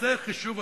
תעשה חישוב,